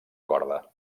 corda